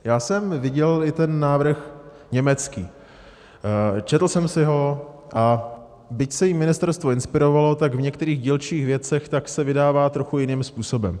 Já jsem viděl i ten návrh německý, četl jsem si ho, a byť se jím ministerstvo inspirovalo v některých dílčích věcech, tak se vydává trochu jiným způsobem.